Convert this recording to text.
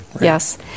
yes